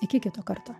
iki kito karto